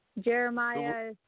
Jeremiah